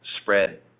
spread